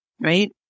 right